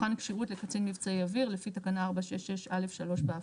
מבחן כשירות לקצין מבצעי אוויר לפי תקנה 466(א)(3) בהפעלה.